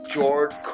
George